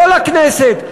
לא לכנסת,